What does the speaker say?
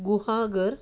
Guhagar